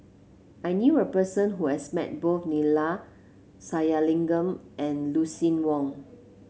I knew a person who has met both Neila Sathyalingam and Lucien Wang